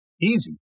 Easy